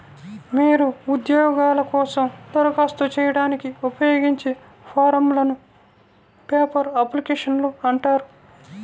మీరు ఉద్యోగాల కోసం దరఖాస్తు చేయడానికి ఉపయోగించే ఫారమ్లను పేపర్ అప్లికేషన్లు అంటారు